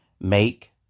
make